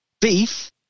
beef